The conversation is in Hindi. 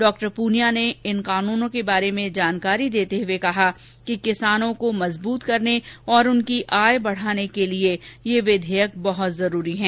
डॉ पूनिया ने इन कानूर्नो के बारे में जानकारी देते हुए कहा कि किसानों को मजबृत करने और उनकी आय बढाने के लिए ये विधेयक बहत जरूरी हैं